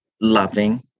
loving